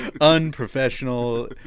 Unprofessional